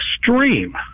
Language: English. extreme